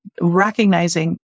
recognizing